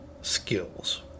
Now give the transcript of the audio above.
skills